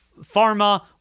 Pharma